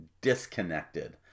disconnected